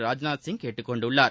ராஜ்நாத்சிய் கேட்டுக் கொண்டுள்ளார்